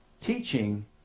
teaching